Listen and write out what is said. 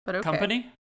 company